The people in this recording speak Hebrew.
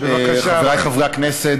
חבריי חברי הכנסת,